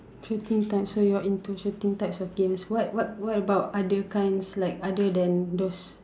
shooting types so you're into shooting types of games what what what about other kinds like other than those